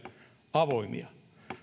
avoimia